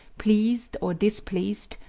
pleased or displeased,